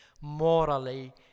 morally